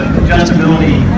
adjustability